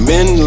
Men